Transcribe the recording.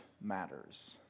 matters